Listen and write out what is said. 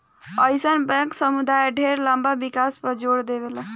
अइसन बैंक समुदाय ढेर लंबा विकास पर जोर देवेला